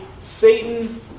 Satan